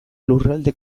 lurralde